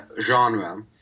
genre